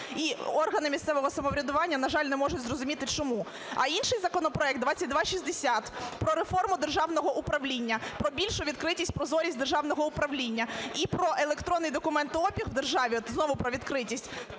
І органи місцевого самоврядування, на жаль, не можуть зрозуміти чому. А інший законопроект (2260) про реформу державного управління, про більшу відкритість і прозорість державного управління і про електронний документообіг в державі, знову про відкритість,